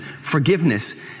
forgiveness